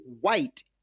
white